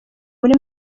muri